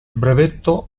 brevetto